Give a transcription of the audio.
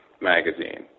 magazine